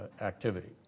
activity